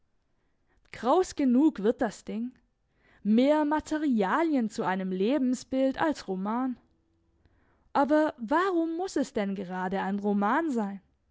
kraus genug wird das ding mehr materialien zu einem lebensbild als roman aber warum muss es denn gerade ein roman sein